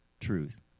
truth